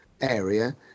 area